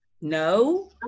No